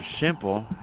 simple